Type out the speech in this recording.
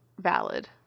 valid